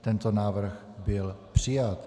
Tento návrh byl přijat.